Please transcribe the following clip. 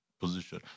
position